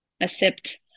accept